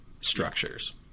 structures